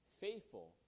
faithful